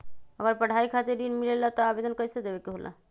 अगर पढ़ाई खातीर ऋण मिले ला त आवेदन कईसे देवे के होला?